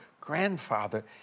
grandfather